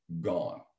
Gone